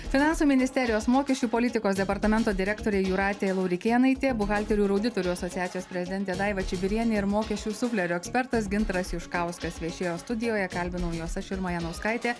finansų ministerijos mokesčių politikos departamento direktorė jūratė laurikėnaitė buhalterių ir auditorių asociacijos prezidentė daiva čibirienė ir mokesčių suflerio ekspertas gintaras juškauskas viešėjo studijoje kalbinau juos aš irma janauskaitė